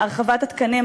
הרעים כנראה שבו אתכם,